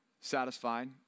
satisfied